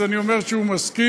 אז אני אומר שהוא מסכים,